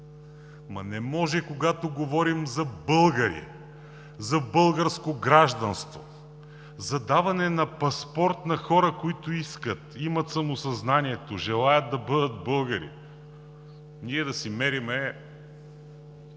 Не може, когато говорим за българи, за българско гражданство, за даване на паспорт на хората, които искат, имат самосъзнанието, желаят да бъдат българи, ние да си мерим